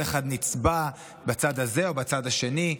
כל אחד נצבע בצד הזה או בצד השני,